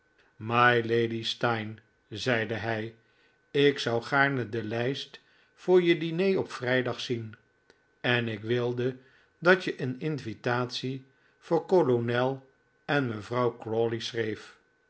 mylady steyne zeide hij ik zou gaarne de lijst voor je diner op vrijdag zien en ik wilde dat je een invitatie voor kolonel en mevrouw crawley schreef